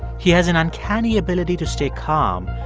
he has an uncanny ability to stay calm,